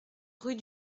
rue